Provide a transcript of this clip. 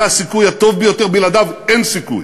זה הסיכוי הטוב ביותר, בלעדיו אין סיכוי.